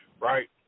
right